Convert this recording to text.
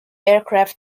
aircraft